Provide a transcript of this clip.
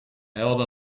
huilde